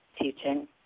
teaching